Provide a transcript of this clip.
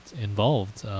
involved